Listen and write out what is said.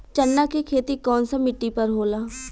चन्ना के खेती कौन सा मिट्टी पर होला?